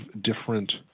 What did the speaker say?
different